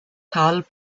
carl